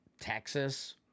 Texas